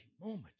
moment